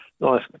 nice